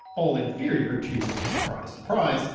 all inferior to, surprise surprise,